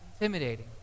Intimidating